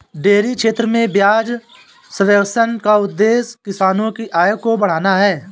dairy क्षेत्र में ब्याज सब्वेंशन का उद्देश्य किसानों की आय को बढ़ाना है